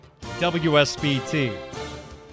WSBT